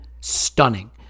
stunning